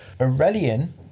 Aurelian